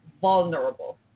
vulnerable